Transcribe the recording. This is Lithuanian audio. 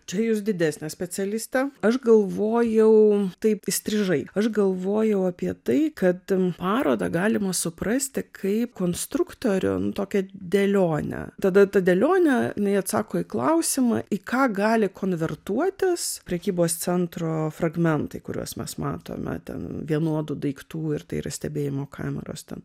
čia jūs didesnė specialistė aš galvojau taip įstrižai aš galvojau apie tai kad ten parodą galima suprasti kaip konstruktorių tokią dėlionę tada ta dėlionė jinai atsako į klausimą į ką gali konvertuotis prekybos centro fragmentai kuriuos mes matome ten vienodų daiktų ir tai yra stebėjimo kameros ten